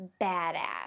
badass